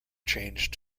changed